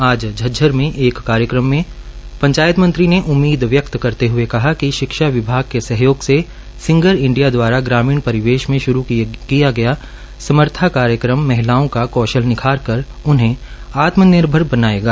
आज झज्जर में एक कार्यक्रम में पंचायत मंत्री ने उम्मीद व्यक्त करते हुए कहा कि शिक्षा विभाग के सहयोग से सिंगर इंडिया द्वारा ग्रामीण परिवेश में शुरू किया गया समर्था कार्यक्रम महिलाओं का कौशल निखार कर उन्हें आत्म निर्भर बनाएगा